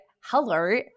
hello